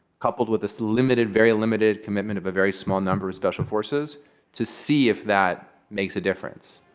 coupled with this limited, very limited commitment of a very small number of special forces to see if that makes a difference,